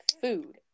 food